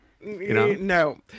No